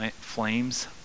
flames